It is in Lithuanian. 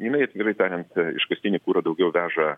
jinai atvirai tariant iškastinį kurą daugiau veža